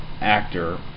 actor